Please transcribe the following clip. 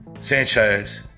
Sanchez